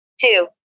two